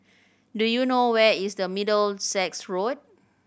do you know where is the Middlesex Road